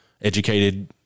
educated